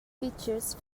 features